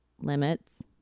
limits